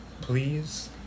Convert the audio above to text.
Please